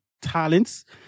talents